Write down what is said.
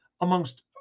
amongst